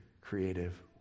creative